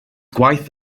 gwaith